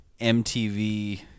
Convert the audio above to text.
mtv